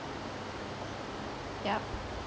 yup